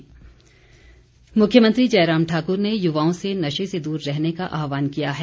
मुख्यमंत्री मुख्यमंत्री जयराम ठाकुर ने युवाओं से नशे से दूर रहने का आह्वान किया है